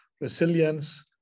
resilience